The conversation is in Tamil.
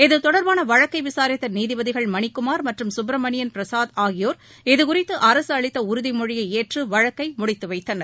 இத்தொடர்பான வழக்கை விசாரித்த நீதிபதிகள் மணிக்குமார் மற்றும் சுப்பிரமணியன் பிரசாத் ஆகியோர் இதுகுறித்து அரசு அளித்த உறுதிமொழியை ஏற்று வழக்கை முடித்து வைத்தனர்